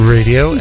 Radio